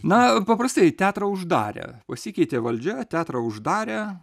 na paprastai teatrą uždarė pasikeitė valdžia teatrą uždarė